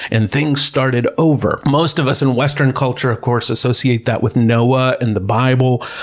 and things started over. most of us in western culture, of course, associate that with noah in the bible,